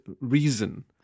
reason